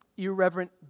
Irreverent